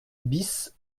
bis